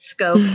scope